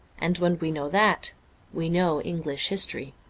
and when we know that we know english history.